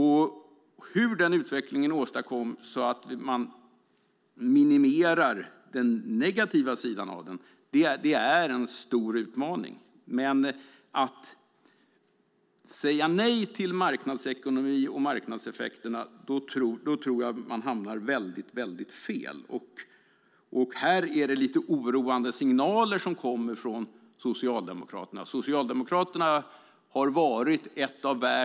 Hur den utvecklingen åstadkoms så att man minimerar den negativa sidan av den är en stor utmaning, men om man säger nej till marknadsekonomin och marknadseffekterna tror jag att man hamnar väldigt fel. Här kommer lite oroande signaler från Socialdemokraterna.